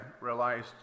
realized